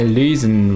reason